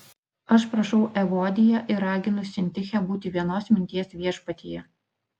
aš prašau evodiją ir raginu sintichę būti vienos minties viešpatyje